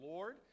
Lord